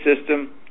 system